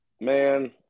man